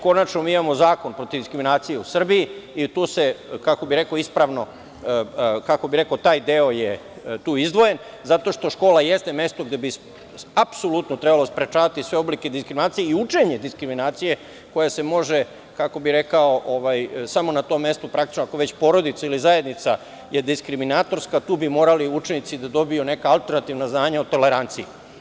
Konačno imamo Zakon protiv diskriminacije u Srbiji i tu je taj deo izdvojen, zato što škola jeste mesto gde bi apsolutno trebalo sprečavati sve oblike diskriminacije i učenje diskriminacije koje se može, kako bih rekao, praktično samo na tom mestu, ako je već porodica ili zajednica diskriminatorska, tu bi morali učenici da dobiju neka alternativna znanja o toleranciji.